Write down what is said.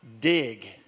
dig